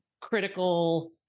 critical